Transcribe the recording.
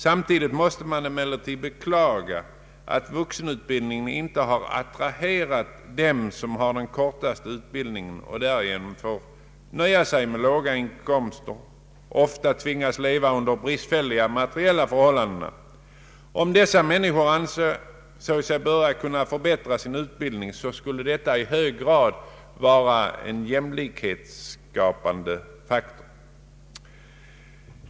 Samtidigt måste man emellertid beklaga att vuxenutbildningen inte har attraherat dem som har den kortaste utbildningen och därigenom får nöja sig med låga inkomster och ofta tvingas att leva under bristfälliga materiella förhållanden. Om dessa människor ansåg sig böra och kunna förbättra sin utbildning, skulle det i hög grad vara en jämlikhetsskapande faktor.